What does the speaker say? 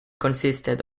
consisted